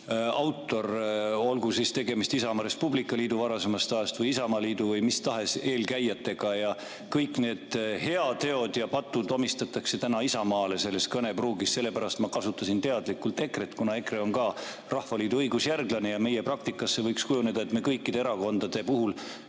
autor, olgu siis tegemist Isamaa ja Res Publica Liiduga varasemast ajast või Isamaaliidu või mis tahes eelkäijatega. Kõik need heateod ja patud omistatakse nüüd Isamaale selles kõnepruugis, sellepärast ma kasutasin teadlikult nime EKRE, kuna EKRE on ka Rahvaliidu õigusjärglane. Ja meie praktikas võiks kujuneda nii, et me kõikide erakondade puhul